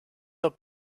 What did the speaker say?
dat